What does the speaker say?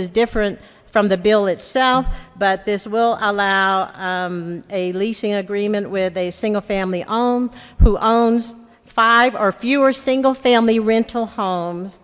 is different from the bill itself but this will allow a leasing agreement with a single family own who owns five or fewer single family rental homes